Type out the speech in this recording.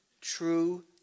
true